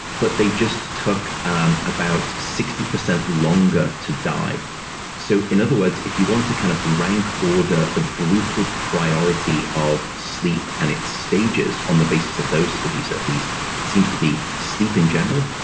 but they just took um about sixty percent longer to die so, in other words, if you want to kind of rank order the brutal priority of sleep and its stages, on the basis of those studies at least, it seems to be sleep in general,